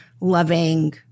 loving